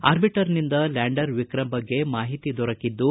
ಆರ್ಬಿಟರ್ನಿಂದ lander Vikram ಬಗ್ಗೆ ಮಾಹಿತಿ ದೊರಕಿದ್ದು